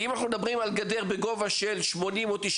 אם אנחנו מדברים על גדר בגובה של 80 או 90